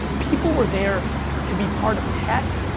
people were there to be part of tech,